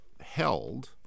held